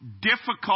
difficult